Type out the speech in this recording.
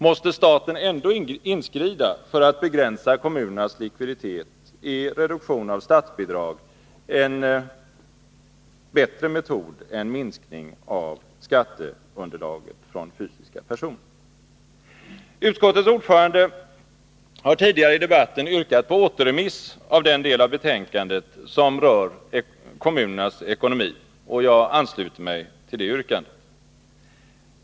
Måste staten ändå inskrida för att begränsa kommun ernas likviditet, är reduktion av statsbidrag en bättre metod än minskning av skatteunderlaget från fysiska personer. Utskottets ordförande har tidigare i debatten yrkat på återremiss av den del av betänkandet som rör kommunernas ekonomi, och jag ansluter mig till det yrkandet.